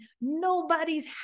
nobody's